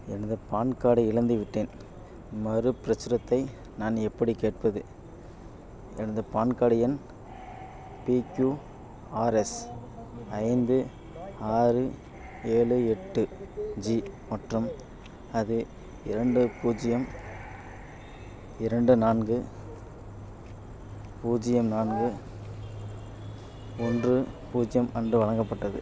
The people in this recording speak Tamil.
எனது பான் கார்டை இழந்துவிட்டேன் மறுபிரசுரத்தை நான் எப்படி கேட்பது எனது பான் கார்டு எண் பி கியூ ஆர் எஸ் ஐந்து ஆறு ஏழு எட்டு ஜி மற்றும் அது இரண்டு பூஜ்ஜியம் இரண்டு நான்கு பூஜ்ஜியம் நான்கு ஒன்று பூஜ்ஜியம் அன்று வழங்கப்பட்டது